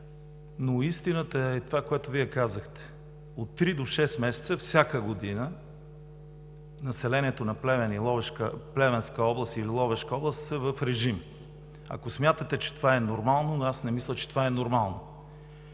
Но истината е това, което Вие казахте – от три до шест месеца всяка година населението на Плевенска област и Ловешка област са в режим. Ако смятате, че това е нормално, аз не мисля, че е нормално.